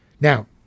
Now